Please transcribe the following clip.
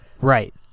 Right